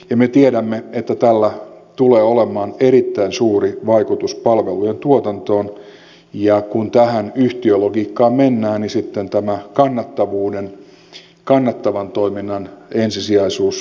ja me tiedämme että tällä tulee olemaan erittäin suuri vaikutus palvelujen tuotantoon ja kun tähän yhtiölogiikkaan mennään niin sitten tämä kannattavan toiminnan ensisijaisuus ajaa lävitse